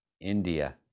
India